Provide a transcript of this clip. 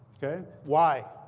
ok? why?